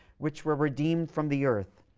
which were redeemed from the earth.